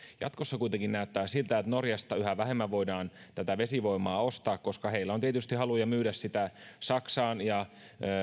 jatkossa kuitenkin näyttää siltä että norjasta yhä vähemmän voidaan ostaa tätä vesivoimaa koska heillä on tietysti haluja myydä sitä saksaan ja